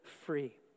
free